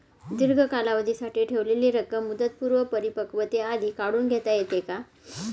दीर्घ कालावधीसाठी ठेवलेली रक्कम मुदतपूर्व परिपक्वतेआधी काढून घेता येते का?